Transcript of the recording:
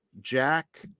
Jack